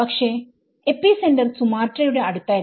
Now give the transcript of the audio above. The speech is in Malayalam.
പക്ഷെ എപ്പിസെന്റർ സുമാട്ര യുടെ അടുത്തായിരുന്നു